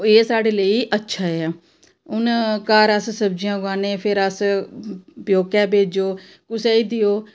एह् साढ़े लेई अच्छा ऐ हून घर अस सब्जियां उगानें फिर अस प्यौकै भेजो कुसै गी देओ